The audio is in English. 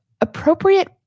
appropriate